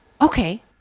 okay